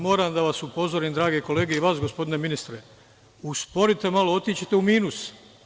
Moram da vas upozorim, drage kolege i vas, gospodine ministre, usporite malo, otići ćete u minus.